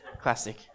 Classic